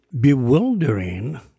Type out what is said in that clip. bewildering